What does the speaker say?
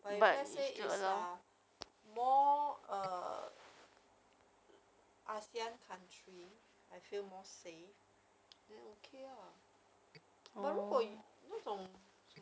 but let's say it is a more err ASEAN country I feel more safe then okay lah but 如果那种什么